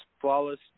flawless